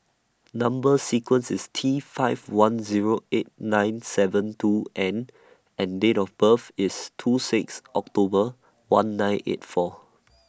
Number sequence IS T five one Zero eight nine seven two N and Date of birth IS two six October one nine eight four